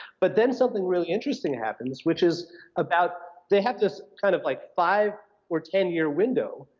but then something really interesting happens, which is about, they have this kind of like five or ten year window,